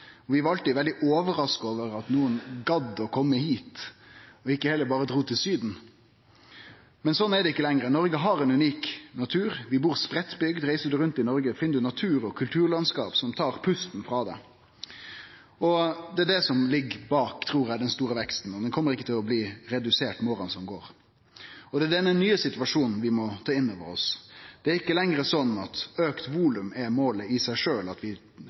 Vi var alltid veldig overraska over at nokon gadd å kome hit og ikkje heller berre drog til Syden. Men sånn er det ikkje lenger. Noreg har ein unik natur, vi bur spreiddbygd. Reiser du rundt i Noreg, finn du natur- og kulturlandskap som tar pusten frå deg. Det er det som ligg bak den store veksten, trur eg, og den kjem ikkje til å bli redusert med åra som går. Det er denne nye situasjonen vi må ta inn over oss. Det er ikkje lenger sånn at auka volum er målet i seg sjølv, at